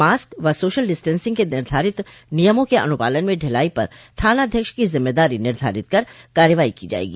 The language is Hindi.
मास्क व सोशल डिस्टेंसिंग के निर्धारित नियमों के अनुपालन में ढिलाई पर थानाध्यक्ष की जिम्मेदारी निर्धारित कर कार्रवाई की जायेगी